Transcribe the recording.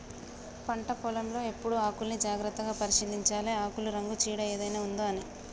పంట పొలం లో ఎప్పుడు ఆకుల్ని జాగ్రత్తగా పరిశీలించాలె ఆకుల రంగు చీడ ఏదైనా ఉందొ అని